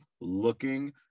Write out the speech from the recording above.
looking